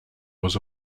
was